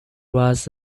was